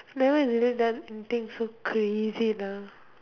never really done anything so crazy uh